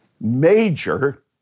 major